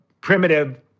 primitive